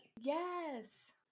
Yes